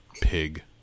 Pig